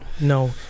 no